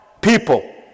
people